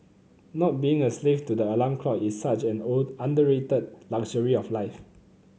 not being a slave to the alarm clock is such an underrated luxury of life